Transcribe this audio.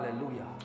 Hallelujah